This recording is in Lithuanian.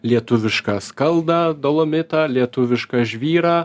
lietuvišką skaldą dolomitą lietuvišką žvyrą